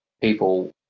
people